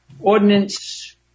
ordinance